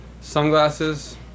sunglasses